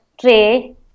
tray